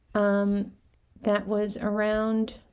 um that was around